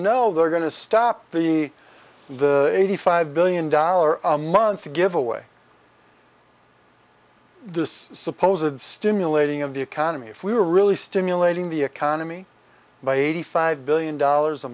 know they're going to stop the eighty five billion dollars a month to give away this suppose and stimulating of the economy if we were really stimulating the economy by eighty five billion dollars a